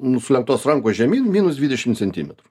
nu sulenktos rankos žemyn minus dvidešimt centimetrų